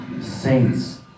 saints